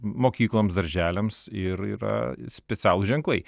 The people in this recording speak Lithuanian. mokykloms darželiams ir yra specialūs ženklai